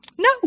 No